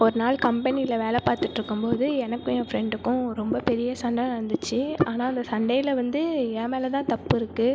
ஒரு நாள் கம்பெனியில வேலை பார்த்துட்டுருக்கும்போது எனக்கும் என் ஃப்ரெண்டுக்கும் ரொம்ப பெரிய சண்டை நடந்துச்சு ஆனால் அந்த சண்டையில் வந்து என் மேல்தான் தப்பு இருக்கு